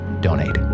donate